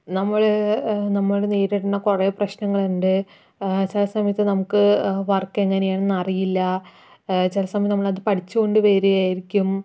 നമ്മൾ നമ്മൾ നേരിടുന്ന കുറെ പ്രശ്നങ്ങൾ ഉണ്ട് ചില സമയത്തു നമുക്ക് വർക്ക് എങ്ങനെയാണെന്ന് അറിയില്ല ചില സമയം നമ്മൾ അത് പഠിച്ചുകൊണ്ട് വരികയായിരിക്കും